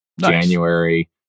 January